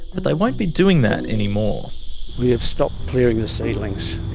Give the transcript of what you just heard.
but they won't be doing that anymore. we've stopped clearing the seedlings.